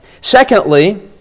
Secondly